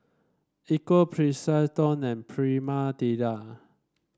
Equal and Prima Deli